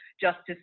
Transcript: justice